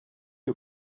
you